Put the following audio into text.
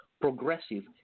progressive